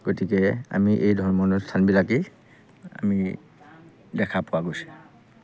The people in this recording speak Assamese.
গতিকে আমি এই ধৰ্ম অনুষ্ঠানবিলাকেই আমি দেখা পোৱা গৈছে